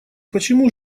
почему